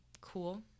Cool